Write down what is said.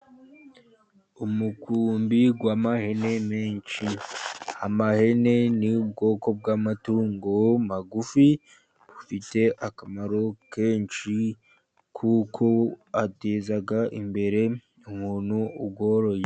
Umukumbi w'amahene menshi , amahene ni ubwoko bw'amatungo magufi bufite akamaro kenshi , kuko ateza imbere umuntu uyoroye.